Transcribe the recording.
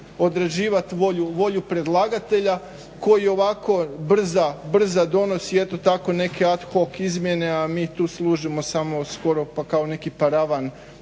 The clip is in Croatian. odrađivat volju predlagatelja koji ovako brza donosi eto tako …/Govornik se ne razumije./…a mi tu služimo samo skoro kao neki paravan